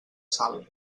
salm